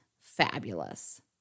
fabulous